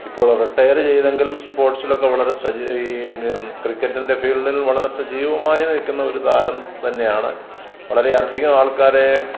ഇപ്പോൾ റീട്ടേറ് ചെയ്തെങ്കിലും സ്പോട്സിലൊക്കെ വളരെ ഈ ക്രിക്കറ്റിൻ്റെ ഫീൽഡിൽ വളരെ സജീവമായി നിൽക്കുന്ന ഒരു താരം തന്നെയാണ് വളരെ അധികം ആൾക്കാരെ